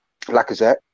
Lacazette